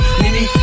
mini